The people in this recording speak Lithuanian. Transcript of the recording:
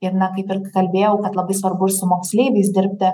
ir na kaip ir kalbėjau kad labai svarbu su moksleiviais dirbti